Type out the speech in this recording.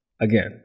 again